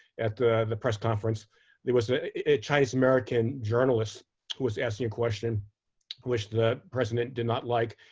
at the the press conference there was a chinese-american journalist who was asking a question which the president did not like.